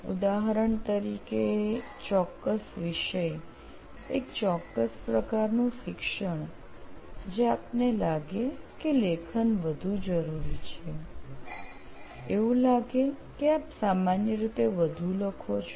ઉદાહરણ તરીકે ચોક્કસ વિષય એક ચોક્કસ પ્રકારનું શિક્ષણ જ્યાં આપને લાગે કે લેખન વધુ જરૂરી છે એવું લાગે કે આપ સામાન્ય રીતે વધુ લખો છો